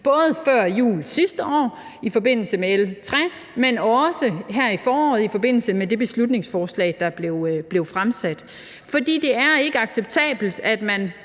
både før jul sidste år i forbindelse med L 60, men også her i foråret i forbindelse med det beslutningsforslag, der blev fremsat. For det er ikke acceptabelt, at man